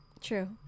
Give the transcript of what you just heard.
True